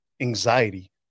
anxiety